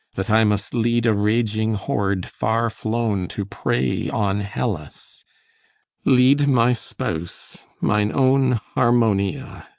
that i must lead a raging horde far-flown to prey on hellas lead my spouse, mine own harmonia.